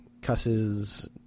Cusses